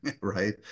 right